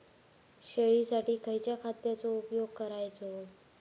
शेळीसाठी खयच्या खाद्यांचो उपयोग करायचो?